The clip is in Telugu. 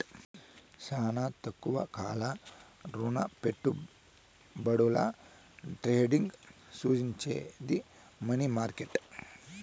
శానా తక్కువ కాల రుణపెట్టుబడుల ట్రేడింగ్ సూచించేది మనీ మార్కెట్